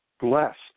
blessed